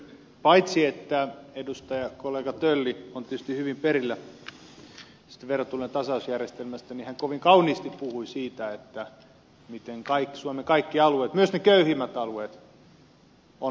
paitsi että edustajakollega tölli on tietysti hyvin perillä tästä verotulojen tasausjärjestelmästä niin hän kovin kauniisti puhui siitä miten suomen kaikki alueet myös ne köyhimmät alueet on otettava huomioon